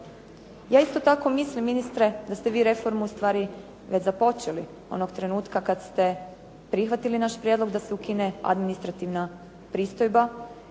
Ja isto tako mislim ministre da ste vi reformu ustvari već započeli onog trenutka kada ste prihvatili naš prijedlog da se ukine administrativna pristojba,